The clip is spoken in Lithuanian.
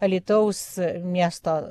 alytaus miesto